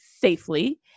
safely